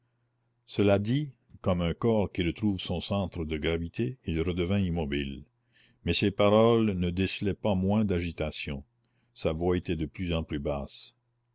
cela dit comme un corps qui retrouve son centre de gravité il redevint immobile mais ses paroles ne décelaient pas moins d'agitation sa voix était de plus en plus basse